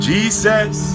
Jesus